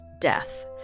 death